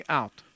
out